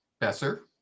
Besser